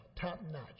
top-notch